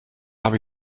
habe